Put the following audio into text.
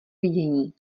vidění